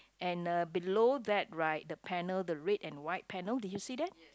and below that right the panel the red and white panel did you see that